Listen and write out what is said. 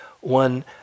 one